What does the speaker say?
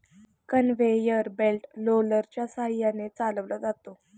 conveyor belt रोलरच्या सहाय्याने चालवला जातो